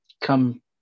come